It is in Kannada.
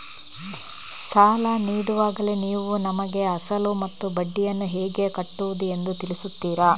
ಸಾಲ ನೀಡುವಾಗಲೇ ನೀವು ನಮಗೆ ಅಸಲು ಮತ್ತು ಬಡ್ಡಿಯನ್ನು ಹೇಗೆ ಕಟ್ಟುವುದು ಎಂದು ತಿಳಿಸುತ್ತೀರಾ?